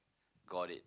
got it